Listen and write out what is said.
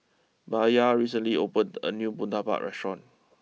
Bayard recently opened a new Murtabak restaurant